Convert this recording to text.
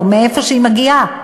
או מאיפה שהיא מגיעה,